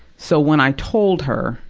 so when i told her,